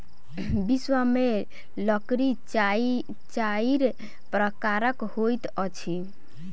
विश्व में लकड़ी चाइर प्रकारक होइत अछि